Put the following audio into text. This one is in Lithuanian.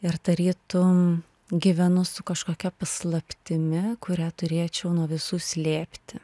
ir tarytum gyvenu su kažkokia paslaptimi kurią turėčiau nuo visų slėpti